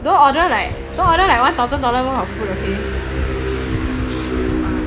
don't order like don't order like one thousand dollar worth of food okay